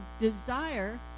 desire